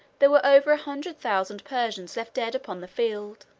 there were over a hundred thousand persians left dead upon the field.